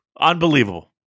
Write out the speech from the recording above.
unbelievable